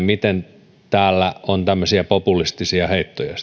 miten täällä salissa on sitten tämmöisiä populistisia heittoja